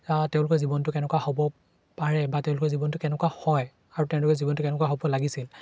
তেওঁলোকৰ জীৱনটো কেনেকুৱা হ'ব পাৰে বা তেওঁলোকৰ জীৱনটো কেনেকুৱা হয় আৰু তেওঁলোকৰ জীৱনটো কেনেকুৱা হ'ব লাগিছিল